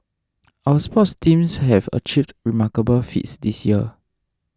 our sports teams have achieved remarkable feats this year